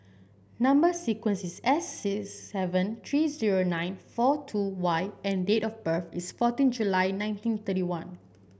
number sequence is S six seven three zero nine four two Y and date of birth is fourteen July nineteen thirty one